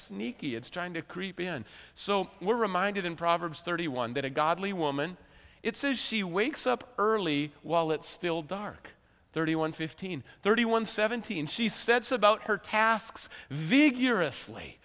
sneaky it's trying to creep in so we're reminded in proverbs thirty one that a godly woman it says she wakes up early while it's still dark thirty one fifteen thirty one seventeen she said so about her tasks vigorously